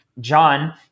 John